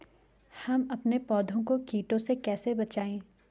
हम अपने पौधों को कीटों से कैसे बचाएं?